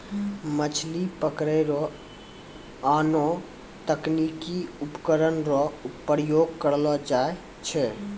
मछली पकड़ै रो आनो तकनीकी उपकरण रो प्रयोग करलो जाय छै